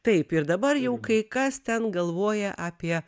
taip ir dabar jau kai kas ten galvoja apie